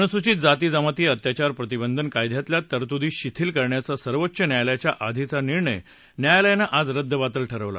अनुसूयित जाती जमाती अत्याचार प्रतिबंध कायद्यातल्या तरतुदी शिथील करण्याचा सर्वोच्च न्यायालयाचा आधीचा निर्णय न्यायालयानं आज रद्दबातल ठरवला